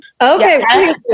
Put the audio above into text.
Okay